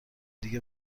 دیگه